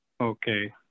Okay